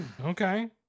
Okay